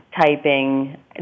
typing